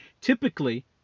typically